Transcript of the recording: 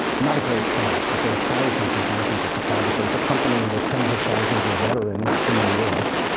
not a great shot, but there are thousands and thousands of photographers accompanying the tens of thousands of veterans in new york.